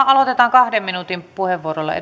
aloitetaan kahden minuutin puheenvuoroilla